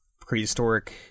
prehistoric